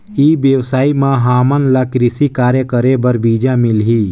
ई व्यवसाय म हामन ला कृषि कार्य करे बर बीजा मिलही?